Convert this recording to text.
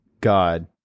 God